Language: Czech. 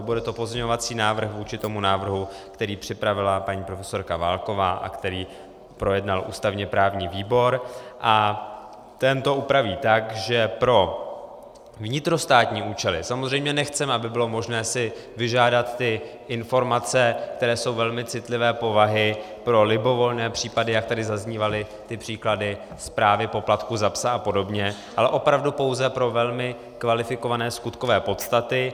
Bude to pozměňovací návrh vůči návrhu, který připravila paní profesorka Válková a který projednal ústavněprávní výbor, a ten to upraví tak, že pro vnitrostátní účely samozřejmě nechceme, aby bylo možné si vyžádat informace, které jsou velmi citlivé povahy pro libovolné případy, jak tady zaznívaly ty příklady správy poplatků za psa apod., ale opravdu pouze pro velmi kvalifikované skutkové podstaty.